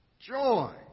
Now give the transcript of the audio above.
Joy